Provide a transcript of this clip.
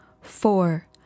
four